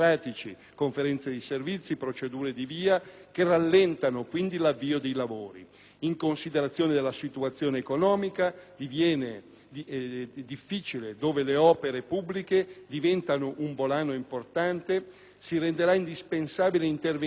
In considerazione della situazione economica difficile, dove le opere pubbliche diventano un volano importante, si renderà indispensabile intervenire anche in questo settore e ciò potrà essere proposto nel corso dell'*iter*